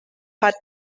had